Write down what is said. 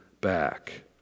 back